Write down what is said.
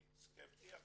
אני סקפטי,